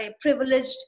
privileged